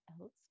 else